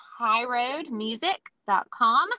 highroadmusic.com